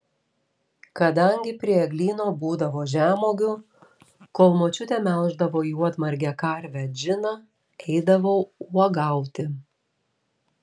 kadangi prie eglyno būdavo žemuogių kol močiutė melždavo juodmargę karvę džiną eidavau uogauti